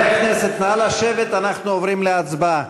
אנחנו עוברים להצבעה.